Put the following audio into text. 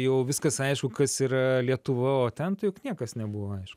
jau viskas aišku kas yra lietuva o ten tai juk niekas nebuvo aišku